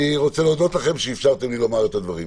אני רוצה להודות לכם שאפשרתם לי לומר את הדברים.